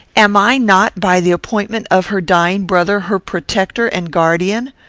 am i not, by the appointment of her dying brother, her protector and guardian?